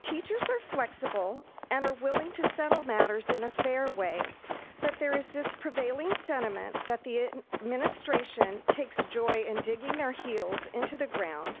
teachers are flexible and are willing to settle matters in a fair way but there is this prevailing sentiment that the administration takes joy in digging their heels into the ground